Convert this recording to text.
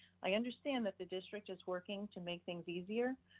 i understand that the district is working to make things easier,